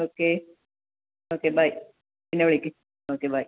okay okay bye പിന്നെ വിളിക്കൂ okay by